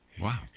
Wow